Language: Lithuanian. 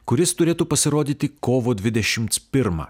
kuris turėtų pasirodyti kovo dvidešimt pirmą